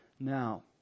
Now